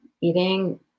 eating